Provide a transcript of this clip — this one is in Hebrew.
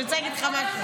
אני רוצה להגיד לך משהו.